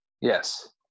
Yes